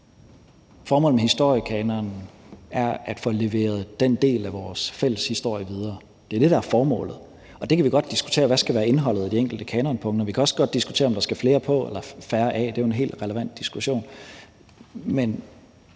Formålet med historiekanonen er at få leveret den del af vores fælles historie videre. Det er det, der er formålet. Vi kan godt diskutere, hvad indholdet i de enkelte kanonpunkter skal være, og vi kan også godt diskutere, om der skal flere på eller tages så nogle af. Det er jo en helt relevant diskussion.